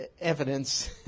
evidence